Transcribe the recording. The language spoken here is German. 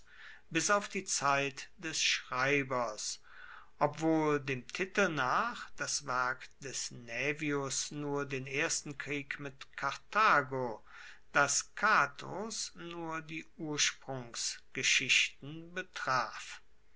bis auf die zeit des schreibers obwohl dem titel nach das werk des naevius nur den ersten krieg mit karthago das catos nur die ursprungsgeschichten betraf